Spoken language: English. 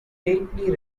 greatly